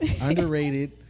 Underrated